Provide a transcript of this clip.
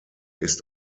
ist